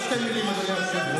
עוד שתי מילים, אדוני היושב-ראש.